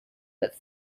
but